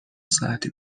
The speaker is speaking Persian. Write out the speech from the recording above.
ساعتی